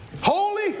Holy